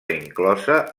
inclosa